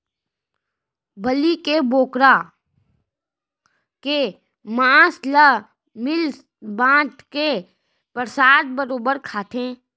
बलि के बोकरा के मांस ल मिल बांट के परसाद बरोबर खाथें